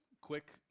quick